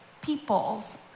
people's